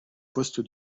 poste